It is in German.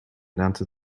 lernte